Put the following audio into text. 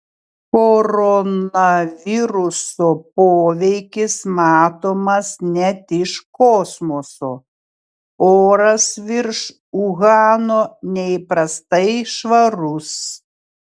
koronaviruso poveikis matomas net iš kosmoso oras virš uhano neįprastai švarus